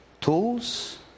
tools